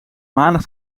maandag